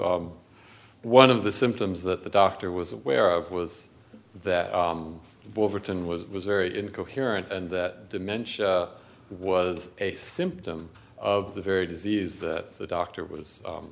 one of the symptoms that the doctor was aware of was that written was was very incoherent and that dementia was a symptom of the very disease that the doctor was